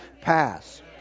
pass